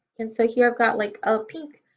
and so here i've got like a pink,